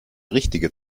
richtige